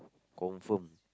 confirm